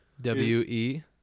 W-E